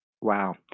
Wow